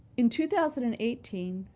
in two thousand and eighteen,